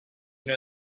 know